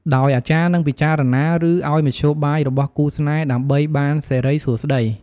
ដោយអាចារ្យនឹងពិចារណា ឬឲ្យមធ្យោបាយរបស់គូស្នេហ៍ ដើម្បីបានសិរីសួស្តី។